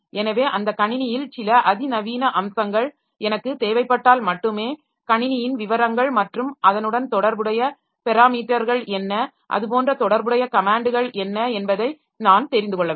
எனவே அந்த கணினியில் சில அதிநவீன அம்சங்கள் எனக்கு தேவைப்பட்டால் மட்டுமே கணினியின் விவரங்கள் மற்றும் அதனுடன் தொடர்புடைய பெராமீட்டர்கள் என்ன அது போன்ற தொடர்புடைய கமேன்ட்கள் என்ன என்பதை நான் தெரிந்து கொள்ள வேண்டும்